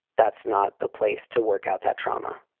that's not the place to work out that trauma.